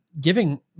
giving